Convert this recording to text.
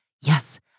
yes